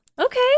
Okay